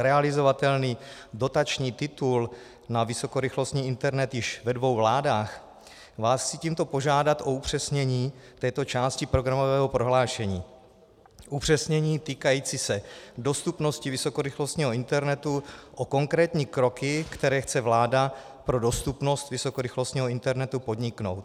realizovatelný dotační titul na vysokorychlostní internet již ve dvou vládách vás chci tímto požádat o upřesnění této části programového prohlášení, upřesnění týkající se dostupnosti vysokorychlostního internetu, o konkrétní kroky, které chce vláda pro dostupnost vysokorychlostního internetu podniknout.